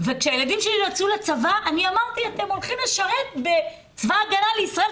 וכשהילדים שלי הלכו לצבא אני אמרתי: אתם הולכים לשרת בצבא הגנה לישראל,